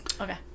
Okay